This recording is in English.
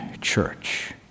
church